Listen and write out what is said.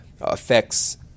affects